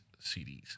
CDs